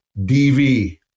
DV